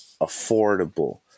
affordable